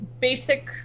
basic